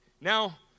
Now